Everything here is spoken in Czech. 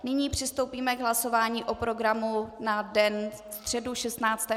Nyní přistoupíme k hlasování o programu na den středu 16. 12.